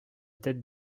tête